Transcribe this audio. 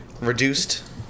reduced